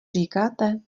říkáte